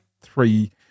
three